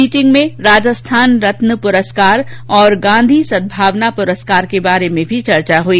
meeting में राजस्थान रत्न पुरस्कार और गांधी सद्भावना पुरस्कार के बारे में भी चर्चा हुई